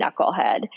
knucklehead